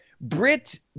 Brit